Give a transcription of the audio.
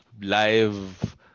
live